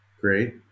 Great